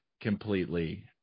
completely